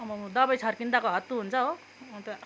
आमामा दबाई छर्किँदाको हत्तु हुन्छ हो अन्त